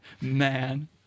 Man